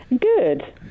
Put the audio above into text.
Good